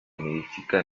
nidifica